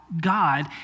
God